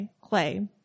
clay